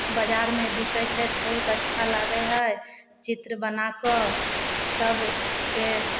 बजारमे बिकैत छै तऽ बहुत अच्छा लागै है चित्र बनाकऽ सबके